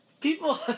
People